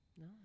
No